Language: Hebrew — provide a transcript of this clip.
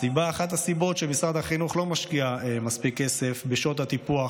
אחת הסיבות שמשרד החינוך לא משקיע מספיק כסף בשעות הטיפוח,